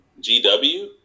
GW